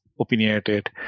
opinionated